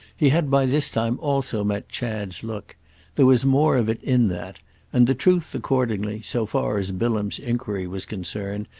he had by this time also met chad's look there was more of it in that and the truth, accordingly, so far as bilham's enquiry was concerned,